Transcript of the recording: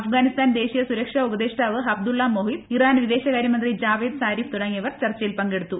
അഫ്ഗാനിസ്ഥാൻ ദേശീയ് സ്റ്റുർക്ഷാ ഉപദേഷ്ട്രാവ് ഹംദുള്ള മോഹിദ് ഇറാൻ വിദേശകാര്യമന്ത്രി ജാവേദ് സാരിഫ് തുടങ്ങിയവർ ചർച്ചയിൽ പങ്കെടുത്തു